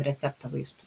receptą vaistų